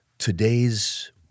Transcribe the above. Today's